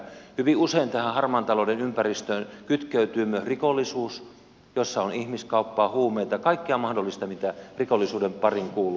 hyvin usein tähän harmaan talouden ympäristöön kytkeytyy myös rikollisuus jossa on ihmiskauppaa huumeita ja kaikkea mahdollista mitä rikollisuuden pariin kuuluu